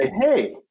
hey